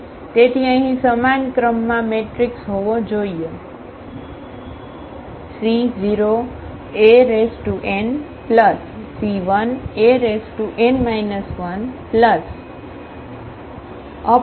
તેથી અહીં સમાન ક્રમમાં મેટ્રિક્સ હોવો જોઈએ